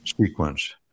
sequence